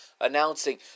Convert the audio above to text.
announcing